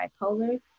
bipolar